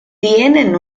tienen